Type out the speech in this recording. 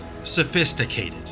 sophisticated